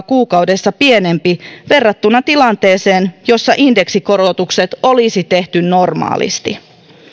kuukaudessa pienempi verrattuna tilanteeseen jossa indeksikorotukset olisi tehty normaalisti